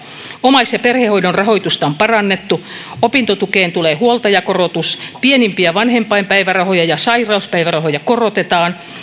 omais ja perhehoidon rahoitusta on parannettu opintotukeen tulee huoltajakorotus pienimpiä vanhempainpäivärahoja ja sairauspäivärahoja korotetaan